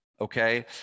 okay